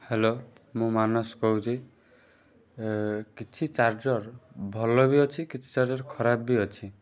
hello ମୁଁ ମାନସ କହୁଛି କିଛି ଚାର୍ଜର୍ ଭଲ ବି ଅଛି କିଛି ଚାର୍ଜର୍ ଖରାପ ବି ଅଛି